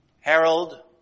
Harold